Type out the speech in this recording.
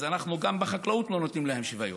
אז גם בחקלאות אנחנו לא נותנים להם שוויון.